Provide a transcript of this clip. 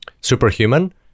Superhuman